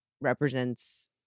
represents